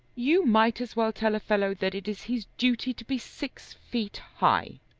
you might as well tell a fellow that it is his duty to be six feet high.